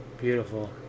beautiful